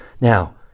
Now